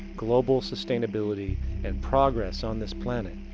global sustainability and progress on this planet